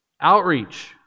outreach